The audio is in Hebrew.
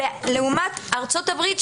לעומת ארצות הברית,